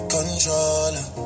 Controller